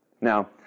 Now